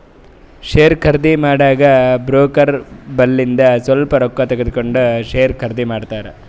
share ಖರ್ದಿ ಮಾಡಾಗ broker ಬಲ್ಲಿಂದು ಸ್ವಲ್ಪ ರೊಕ್ಕಾ ತಗೊಂಡ್ ಶೇರ್ ಖರ್ದಿ ಮಾಡ್ತಾರ್